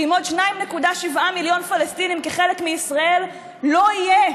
שעם עוד 2.7 מיליון פלסטינים כחלק מישראל לא יהיה